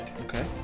Okay